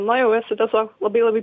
na jau esi tiesiog labai labai